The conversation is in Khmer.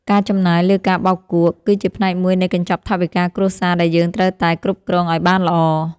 ការចំណាយលើការបោកគក់ គឺជាផ្នែកមួយនៃកញ្ចប់ថវិកាគ្រួសារដែលយើងត្រូវតែគ្រប់គ្រងឱ្យបានល្អ។